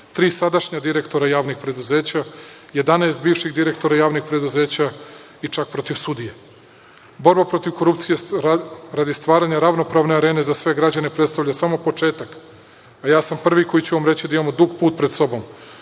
sadašnja direktora javnih preduzeća, 11 bivših direktora javnih preduzeća i čak protiv sudija. Borba protiv korupcije radi stvaranja ravnopravne arene za sve građane predstavlja samo početak, a ja sam prvi koji ću vam reći da imamo dug put pred sobom.